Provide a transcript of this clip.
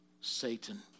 Satan